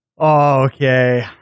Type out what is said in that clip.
Okay